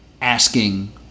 asking